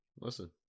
Listen